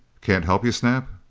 can't help you, snap?